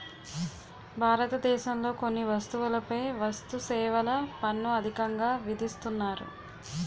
భారతదేశంలో కొన్ని వస్తువులపై వస్తుసేవల పన్ను అధికంగా విధిస్తున్నారు